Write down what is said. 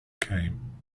came